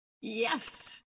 Yes